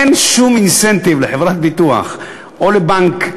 אין שום אינסנטיב לחברת ביטוח או לבנק,